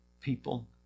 people